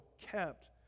kept